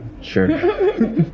Sure